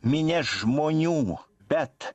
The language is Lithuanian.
minias žmonių bet